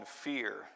fear